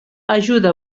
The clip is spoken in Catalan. ajuda